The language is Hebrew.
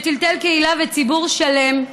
שטלטל קהילה וציבור שלם,